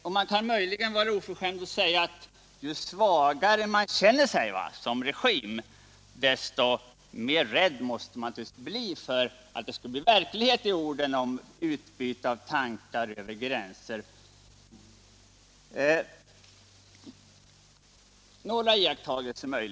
Möjligen kan man vara oförskämd och säga att ju svagare regimen känner sig, desto räddare måste de styrande vara för att det skall bli verklighet av orden om utbyte av tankar över gränserna.